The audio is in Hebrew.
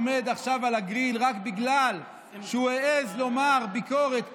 עומד עכשיו על הגריל רק בגלל שהוא העז לומר ביקורת פנים-ארגונית,